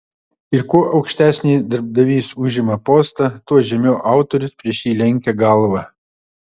ir kuo aukštesnį darbdavys užima postą tuo žemiau autorius prieš jį lenkia galvą